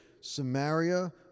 Samaria